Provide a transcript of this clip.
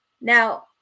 Now